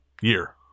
year